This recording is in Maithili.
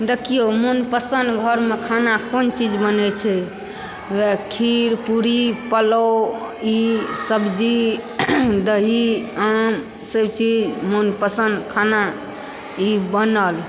देखिओ मनपसन्द घरमे खाना कोन चीज बनैत छै खीर पूरी पुलाव ई सब्जी दही आम सभचीज मनपसन्द खाना ई बनल